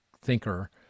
thinker